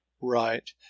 Right